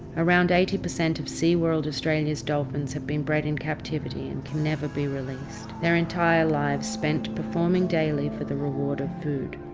around eighty percent of sea world australia's dolphins have been bred in captivity and can never be released, their entire lives spent performing daily for the reward of food.